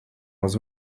was